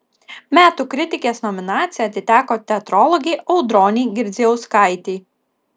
metų kritikės nominacija atiteko teatrologei audronei girdzijauskaitei